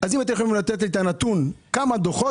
אם תוכלו לתת לי את הנתון כמה דוחות